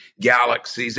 galaxies